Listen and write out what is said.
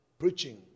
Preaching